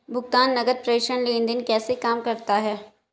भुगतान नकद प्रेषण लेनदेन कैसे काम करता है?